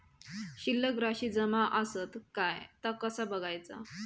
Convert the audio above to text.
शिल्लक राशी जमा आसत काय ता कसा बगायचा?